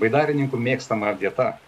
baidarininkų mėgstama vieta